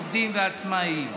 עובדים ועצמאים.